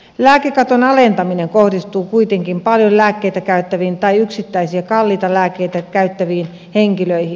lääkekaton alentaminen kohdistuu kuitenkin paljon lääkkeitä käyttäviin tai yksittäisiä kalliita lääkkeitä käyttäviin henkilöihin